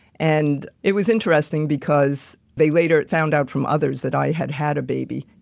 and it was interesting because they later found out from others that i had had a baby.